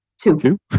Two